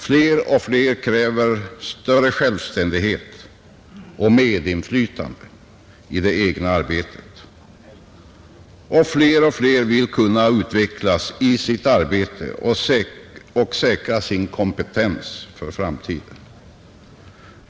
Fler och fler kräver större självständighet och medinflytande i det egna arbetet och fler och fler vill kunna utvecklas i sitt arbete och säkra sin kompetens för framtiden.